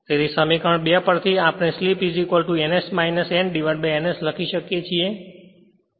તેથી સમીકરણ 2 થી આપણે સ્લિપ ns n ns લખી શકીએ છીએ